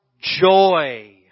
joy